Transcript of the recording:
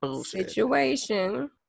situation